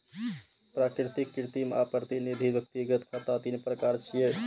प्राकृतिक, कृत्रिम आ प्रतिनिधि व्यक्तिगत खाता तीन प्रकार छियै